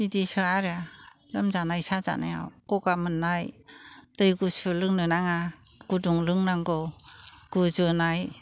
बिदिसो आरो लोमजानाय साजानायाव गगा मोननाय दै गुसु लोंनो नाङा गुदुं लोंनांगौ गुजुनाय